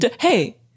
Hey